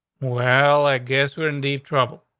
well, i guess we're in deep trouble.